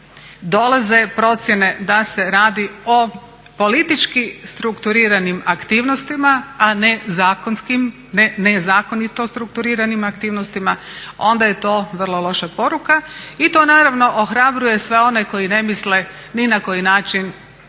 dolaze procjene da se radi o politički strukturiranim aktivnostima a ne zakonski, ne nezakonito strukturiranim aktivnostima onda je to vrlo loša poruka. I to naravno ohrabruje sve one koji ne misle ni na koji način